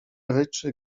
ryczy